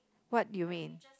what you mean